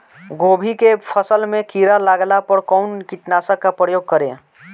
गोभी के फसल मे किड़ा लागला पर कउन कीटनाशक का प्रयोग करे?